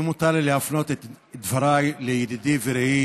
אם מותר לי להפנות את דבריי לידידי ורעי